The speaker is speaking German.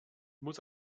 muss